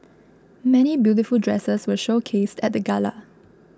many beautiful dresses were showcased at the gala